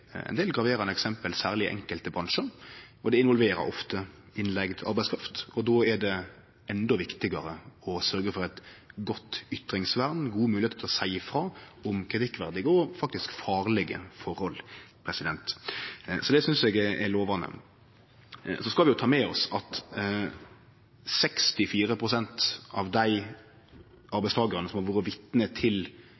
ein del graverande eksempel, særleg i enkelte bransjar, og det involverer ofte innleigd arbeidskraft. Då er det endå viktigare å sørgje for eit godt ytringsvern, gode høve til å seie ifrå om kritikkverdige og faktisk farlege forhold. Så det synest eg er lovande. Så skal vi ta med oss at 64 pst. av dei